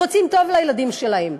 רוצים טוב לילדים שלהם,